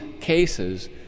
cases